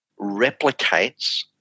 replicates